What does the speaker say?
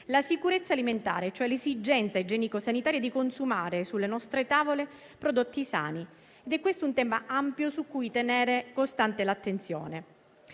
la sicurezza alimentare, cioè l'esigenza igienico-sanitaria di consumare sulle nostre tavole prodotti sani, ed è questo un tema ampio, su cui tenere costante l'attenzione.